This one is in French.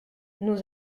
nous